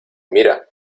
mira